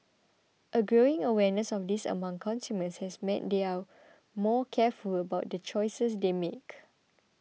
a growing awareness of this among consumers has meant they are more careful about the choices they make